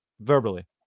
verbally